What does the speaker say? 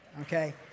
okay